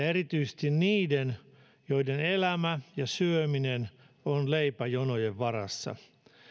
erityisesti niiden joiden elämä ja syöminen on leipäjonojen varassa